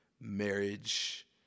marriage